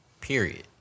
Period